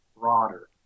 broader